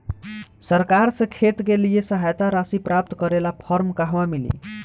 सरकार से खेत के लिए सहायता राशि प्राप्त करे ला फार्म कहवा मिली?